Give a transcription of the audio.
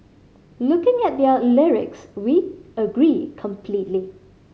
looking at their lyrics we agree completely